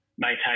maintain